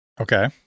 Okay